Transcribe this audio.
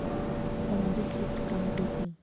सामजिक क्षेत्र काला कइथे?